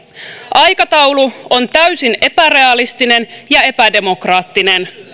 aikataulu on täysin epärealistinen ja epädemokraattinen